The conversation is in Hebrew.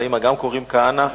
ולאמא קוראים כהנא,